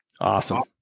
Awesome